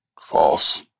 False